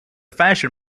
fashion